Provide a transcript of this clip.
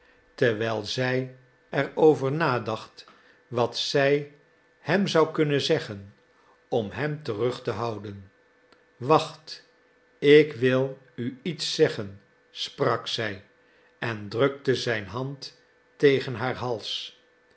terwijl zij er over nadacht wat zij hem zou kunnen zeggen om hem terug te houden wacht ik wil u iets zeggen sprak zij en drukte zijn hand tegen haar hals